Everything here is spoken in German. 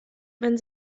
wenn